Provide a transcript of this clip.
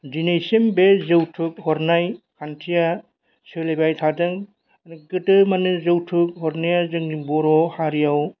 दिनैसिम बे जौथुक हरनाय खान्थिया सोलिबाय थादों आरो गोदो माने जौथुक हरनाया जोंनि बर' हारिआव